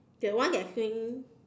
the one that swing